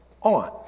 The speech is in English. on